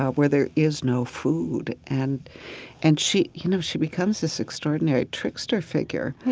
ah where there is no food. and and she, you know, she becomes this extraordinary trickster figure,